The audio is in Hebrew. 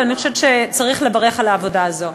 ואני חושבת שצריך לברך על העבודה הזו.